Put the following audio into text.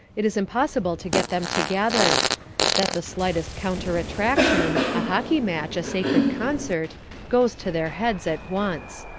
it is impossible to get them together that the slightest counter-attraction a hockey match, a sacred concert goes to their heads at once.